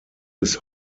bis